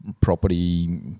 property